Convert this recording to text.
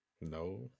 No